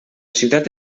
ciutat